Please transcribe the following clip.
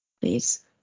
please